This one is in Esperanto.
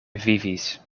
vivis